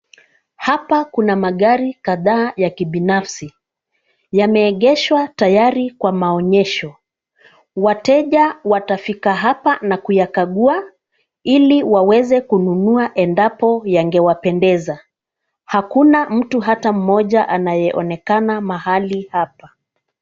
Hapa kuna magari kadhaa ya kibinafsi .Yameegeshwa tayari kwa maonyesho. Wateja watafika hapa na kuyakagua ili waweze kununua endapo yangewapendeza. Hakuna mtu hata mmoja anayeonekana mahali hapa.